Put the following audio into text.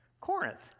Corinth